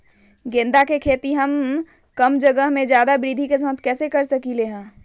गेंदा के खेती हम कम जगह में ज्यादा वृद्धि के साथ कैसे कर सकली ह?